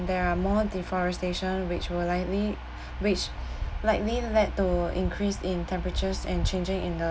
there are more deforestation which would likely which likely led to increase in temperatures and changing in the